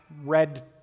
red